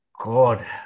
God